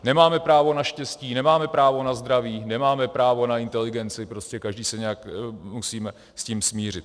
Nemáme právo na štěstí, nemáme právo na zdraví, nemáme právo na inteligenci, prostě každý se nějak musíme s tím smířit.